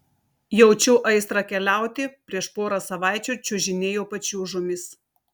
jaučiu aistrą keliauti prieš porą savaičių čiuožinėjau pačiūžomis